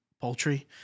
poultry